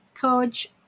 Coach